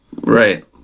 Right